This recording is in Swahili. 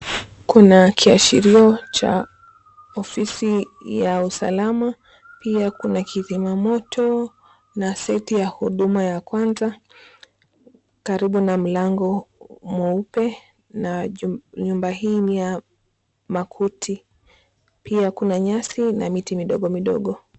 Kuna kiashirio cha ofisi ya usalama, pia kuna kizima moto na seti ya huduma ya kwanza karibu na mlango mweupe na nyumba hii ni ya makuti ,pia kuna nyasi na miti midogomidogo.